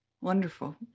Wonderful